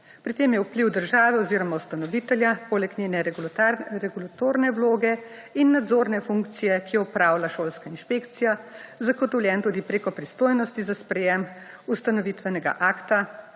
Pri tem je vpliv države oziroma ustanovitelja, poleg njene regulatorne vloge in nadzorne funkcije, ki jo opravlja šolska inšpekcija, zagotovljen tudi preko pristojnosti za sprejem ustanovitvenega akta,